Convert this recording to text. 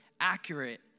accurate